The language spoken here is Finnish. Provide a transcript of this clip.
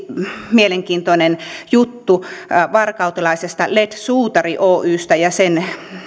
mielenkiintoinen juttu varkautelaisesta led suutari oystä ja sen